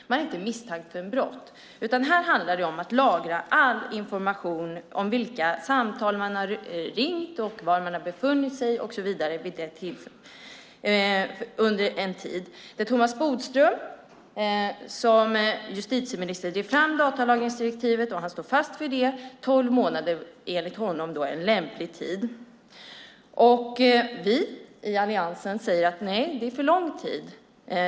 De är inte misstänkta för brott, utan här handlar det om att lagra all information om vilka samtal de har ringt, var de har befunnit sig vid en viss tid och så vidare. Thomas Bodström drev som justitieminister fram datalagringsdirektivet, och han står fast vid att tolv månader är en lämplig tid. Vi i alliansen säger att det är för lång tid.